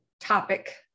topic